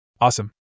Awesome